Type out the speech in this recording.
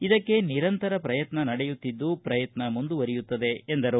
ಇದಕ್ಕೆ ನಿರಂತರ ಪ್ರಯತ್ನ ನಡೆಯುತ್ತಿದ್ದು ಪ್ರಯತ್ನ ಮುಂದುವರಿಯುತ್ತದೆ ಎಂದರು